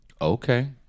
Okay